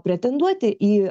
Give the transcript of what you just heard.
pretenduoti į